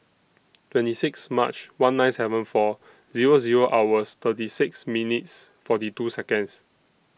twenty six March one nine seven four Zero Zero hours thirty six minutes forty two Seconds